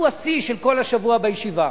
השיא של כל השבוע בישיבה.